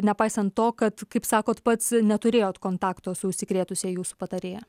nepaisant to kad kaip sakot pats neturėjot kontakto su užsikrėtusia jūsų patarėja